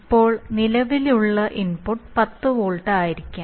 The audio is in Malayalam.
ഇപ്പോൾ നിലവിലുള്ള ഇൻപുട്ട് 10 വോൾട്ട് ആയിരിക്കാം